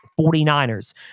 49ers